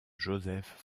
joseph